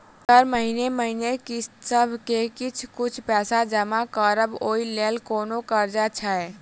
Sir महीने महीने किस्तसभ मे किछ कुछ पैसा जमा करब ओई लेल कोनो कर्जा छैय?